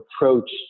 approach